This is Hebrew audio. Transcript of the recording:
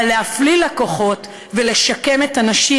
אבל להפליל לקוחות ולשקם את הנשים,